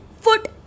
foot